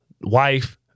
wife